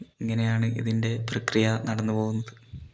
ഇങ്ങനെയാണ് ഇതിൻ്റെ പ്രക്രിയ നടന്നു പോകുന്നത്